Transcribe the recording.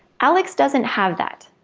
alex doesn't have that.